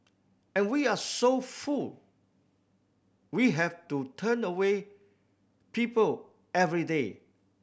and we are so full we have to turn away people every day